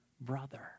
brother